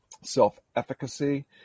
self-efficacy